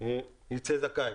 ויצא זכאי.